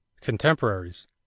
Contemporaries